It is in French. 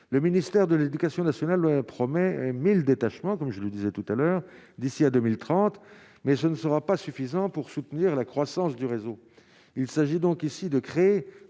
le ministère de l'Éducation nationale promet 1000 détachement, comme je le disais tout à l'heure d'ici à 2030, mais ce ne sera pas suffisant pour soutenir la croissance du réseau, il s'agit donc ici de créer